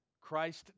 Christ